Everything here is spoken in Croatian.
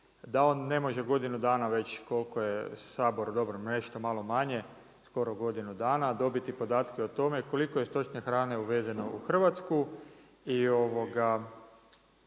da on ne može godinu dana već koliko je Sabor dobro nešto malo manje, skoro godinu dana, dobiti podatke o tome koliko je stočne hrane uvezeno u Hrvatsku i koliko